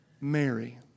Mary